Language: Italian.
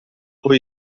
può